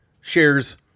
shares